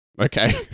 Okay